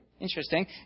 Interesting